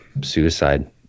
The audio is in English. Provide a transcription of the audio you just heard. suicide